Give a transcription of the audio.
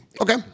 Okay